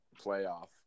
Playoff